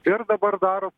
ir dabar daro